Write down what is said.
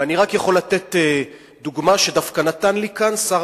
ואני רק יכול לתת דוגמה שדווקא נתן לי כאן שר